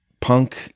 punk